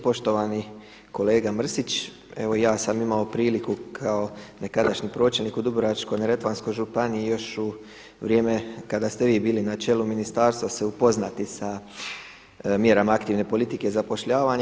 Poštovani kolega Mrsić, evo ja sam imao priliku kao nekadašnji pročelnik u Dubrovačko-neretvanskoj županiji još u vrijeme kada ste vi bili na čelu ministarstva se upoznati sa mjerama aktivne politike zapošljavanja.